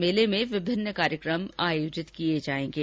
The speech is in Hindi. मेले में विभिन्न कार्यक्रम आयोजित किये जाएंगे